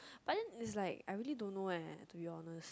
but then it's like I really don't know eh to be honest